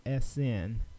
SN